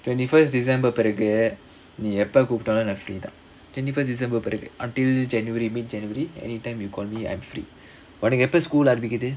twenty first december பிறகு நீ எப்ப கூப்டாலும் நா:piragu nee eppa kooptaalum naa free twenty first december பிறகு:piragu until january mid january anytime you call me I'm free உனக்கு எப்ப:unakku eppa school ஆரம்பிக்குது:aarambikkuthu